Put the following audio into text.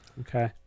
Okay